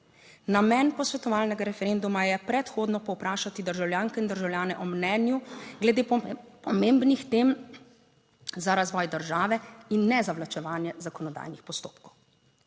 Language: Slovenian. Namen posvetovalnega referenduma je predhodno povprašati državljanke in državljane o mnenju glede pomembnih tem za razvoj države in ne zavlačevanje zakonodajnih postopkov.